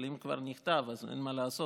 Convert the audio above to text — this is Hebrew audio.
אבל אם הוא כבר נכתב, אז אין מה לעשות,